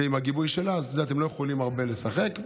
עם הגיבוי שלה, את יודעת, הם לא יכולים הרבה לשחק.